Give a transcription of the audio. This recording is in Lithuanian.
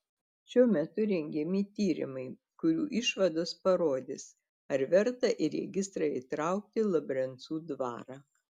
šiuo metu rengiami tyrimai kurių išvados parodys ar verta į registrą įtraukti labrencų dvarą